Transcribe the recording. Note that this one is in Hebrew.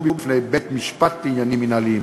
בפני בית-משפט לעניינים מינהליים.